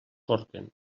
corquen